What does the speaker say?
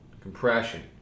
compression